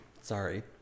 Sorry